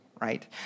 right